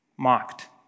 mocked